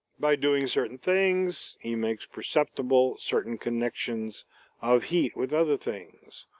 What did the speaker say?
by doing certain things, he makes perceptible certain connections of heat with other things,